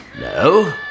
No